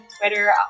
Twitter